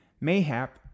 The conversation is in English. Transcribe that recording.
mayhap